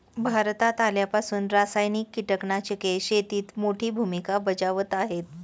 भारतात आल्यापासून रासायनिक कीटकनाशके शेतीत मोठी भूमिका बजावत आहेत